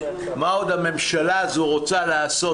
מה עוד הממשלה הזאת רוצה לעשות?